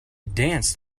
danced